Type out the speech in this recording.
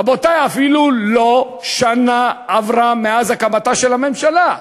רבותי, אפילו לא שנה עברה מאז הקמתה של הממשלה.